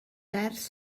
ers